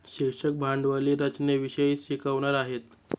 शिक्षक भांडवली रचनेविषयी शिकवणार आहेत